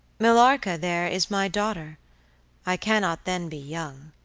millarca, there, is my daughter i cannot then be young,